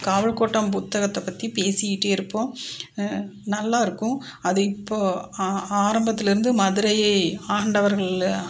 காவல் கோட்டம் புத்தகத்தை பற்றி பேசிகிட்டே இருப்போம் நல்லா இருக்கும் அது இப்போது ஆரம்பத்தில் இருந்து மதுரையை ஆண்டவர்களில்